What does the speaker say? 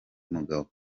mugabo